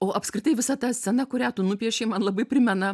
o apskritai visa ta scena kurią tu nupiešei man labai primena